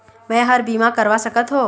मैं हर का बीमा करवा सकत हो?